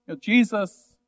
Jesus